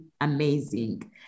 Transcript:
amazing